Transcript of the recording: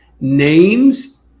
names